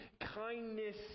kindness